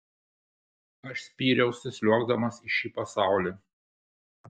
aš spyriausi sliuogdamas į šį pasaulį